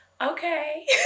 okay